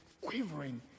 quivering